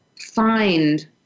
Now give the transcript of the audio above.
find